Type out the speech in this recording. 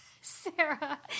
Sarah